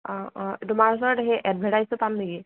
অঁ অঁ তোমাৰ ওচৰত সেই এডভাৰটাইজটো পাম নেকি